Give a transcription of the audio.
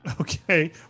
Okay